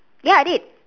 ya I did